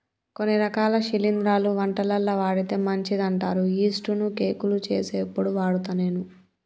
కొన్ని రకాల శిలింద్రాలు వంటలల్ల వాడితే మంచిదంటారు యిస్టు ను కేకులు చేసేప్పుడు వాడుత నేను